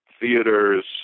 theaters